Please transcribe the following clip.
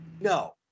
No